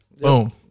Boom